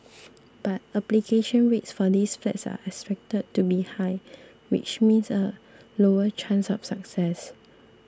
but application rates for these flats are expected to be high which means a lower chance of success